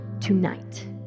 tonight